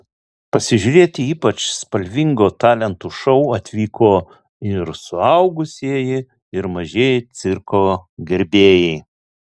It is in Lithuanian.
pasižiūrėti ypač spalvingo talentų šou atvyko ir suaugusieji ir mažieji cirko gerbėjai